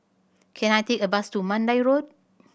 can I take a bus to Mandai Road